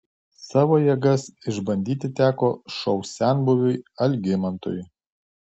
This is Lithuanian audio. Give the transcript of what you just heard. savo jėgas išbandyti teko šou senbuviui algimantui